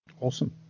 Awesome